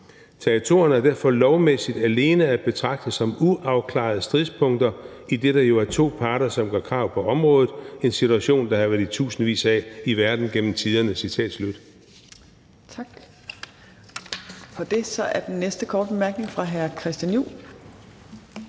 Territorierne er derfor lovmæssigt alene at betragte som uafklarede stridspunkter, idet der jo er to parter, som gør krav på området. En situation, der har været i tusindvis af i verden gennem tiderne.